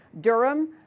Durham